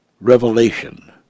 revelation